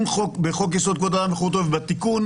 חוק בחוק-יסוד: כבוד האדם וחירותו ובתיקון